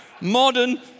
Modern